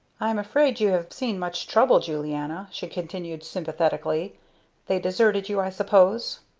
i'm afraid you have seen much trouble, julianna, she continued sympathetically they deserted you, i suppose?